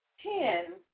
ten